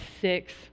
six